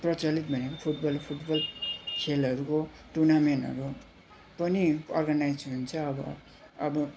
प्रचलित भनेको football football खेलहरूको टुर्नामेन्टहरू पनि अर्गनाइज हुन्छ अब अब